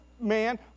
man